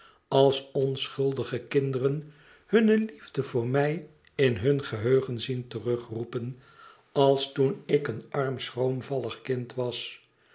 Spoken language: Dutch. als onschuldige kinderen hunne liefde voor mij in hun geheugen zien terugroepen als toen ik een arm schroomvallig kind was